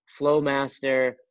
Flowmaster